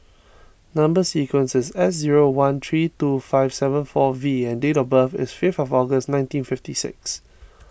Number Sequence is S zero one three two five seven four V and date of birth is fifth of August nineteen fifty six